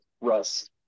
Russ